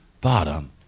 bottom